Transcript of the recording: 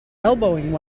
elbowing